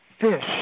fish